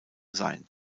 sein